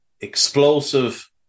explosive